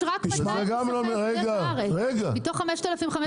יש רק 200 מסכי הסדר בארץ, מתוך 5,500 מוסכים.